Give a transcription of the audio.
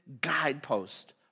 guidepost